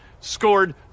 scored